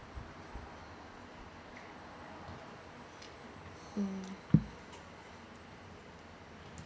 mm